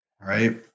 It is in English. right